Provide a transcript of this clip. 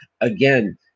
again